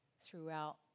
throughout